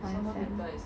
one sem